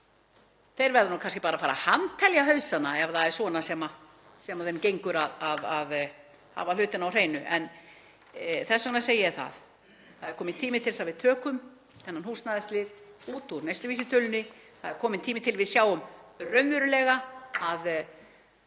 þeir verða nú kannski bara að fara að handtelja hausana ef það er svona sem þeim gengur að hafa hlutina á hreinu. Þess vegna segi ég: Það er kominn tími til að við tökum þennan húsnæðislið út úr neysluvísitölunni. Það er kominn tími til að við sjáum raunverulega að